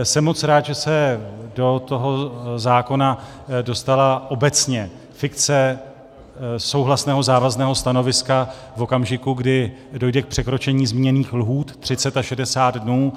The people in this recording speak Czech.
Jsem moc rád, že se do toho zákona dostala obecně fikce souhlasného závazného stanoviska v okamžiku, kdy dojde k překročení zmíněných lhůt 30 a 60 dnů.